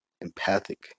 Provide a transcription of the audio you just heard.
empathic